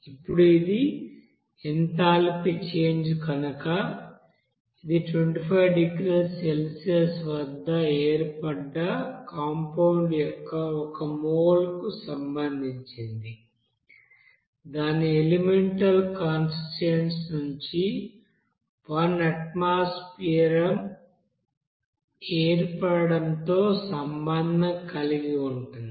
ఇప్పుడు ఇది enthalpy change కనుక ఇది 25 డిగ్రీల సెల్సియస్ వద్ద ఏర్పడ్డ కాంపౌండ్ యొక్క ఒక మోల్ కు సంబంధించింది దాని ఎలిమెంటల్ కాన్స్టిట్యూయెంట్స్ నుండి 1 అట్మాస్పెర్ ఏర్పడటంతో సంబంధం కలిగి ఉంటుంది